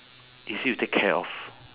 easy to take care of